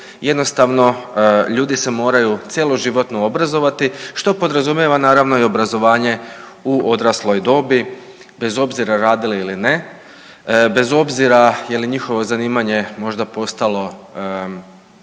jednostavno ljudi se moraju cjeloživotno obrazovati što podrazumijeva naravno i obrazovanje u odrasloj dobi bez obzira radili ili ne, bez obzira je li njihovo zanimanje možda postalo